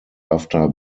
after